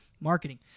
Marketing